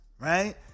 right